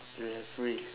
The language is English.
the referee